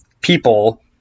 people